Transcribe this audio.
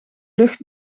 lucht